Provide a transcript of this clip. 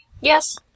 Yes